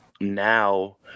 now